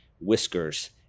whiskers